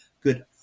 good